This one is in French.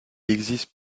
existe